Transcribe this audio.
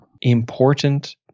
important